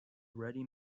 ready